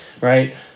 right